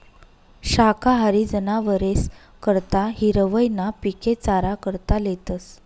शाकाहारी जनावरेस करता हिरवय ना पिके चारा करता लेतस